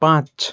पाँच